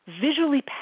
visually